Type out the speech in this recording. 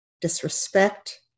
disrespect